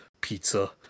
pizza